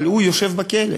אבל הוא יושב בכלא.